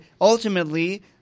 ultimately